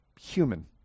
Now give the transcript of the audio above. human